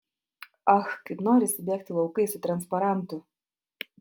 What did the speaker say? ach kaip norisi bėgti laukais su transparantu